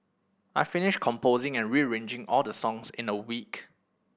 I finished composing and rearranging all the songs in a week